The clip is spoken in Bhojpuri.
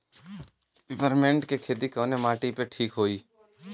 पिपरमेंट के खेती कवने माटी पे ठीक होई?